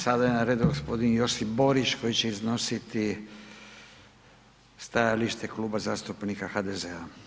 Sada je na redu g. Josip Borić koji će iznositi stajalište Kluba zastupnika HDZ-a.